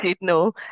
No